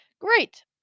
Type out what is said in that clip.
great